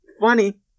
funny